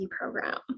program